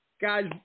Guys